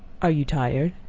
are you tired?